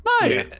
No